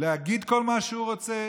להגיד כל מה שהוא רוצה,